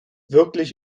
wirklich